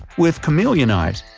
with chameleon eyes,